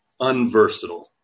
unversatile